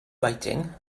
writing